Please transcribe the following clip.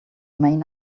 main